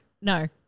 no